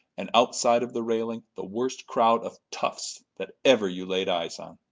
and, outside of the railing, the worst crowd of toughs that ever you laid eyes on.